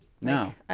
no